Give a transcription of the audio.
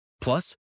Plus